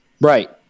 Right